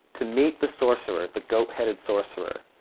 to meet the sorcerer, the goat-headed sorcerer,